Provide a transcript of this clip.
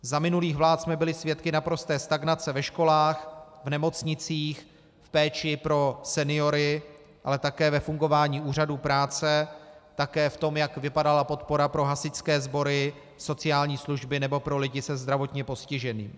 Za minulých vlád jsme byli svědky naprosté stagnace ve školách, v nemocnicích, v péči pro seniory, ale také ve fungování úřadů práce, také v tom, jak vypadala podpora pro hasičské sbory, sociální služby nebo pro lidi se zdravotním postižením.